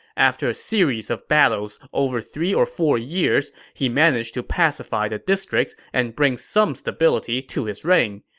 after a series of battles over three or four years, he managed to pacify the districts and bring some stability to his reign.